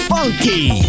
Funky